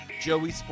Joey